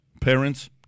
parents